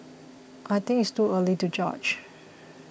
I think it's too early to judge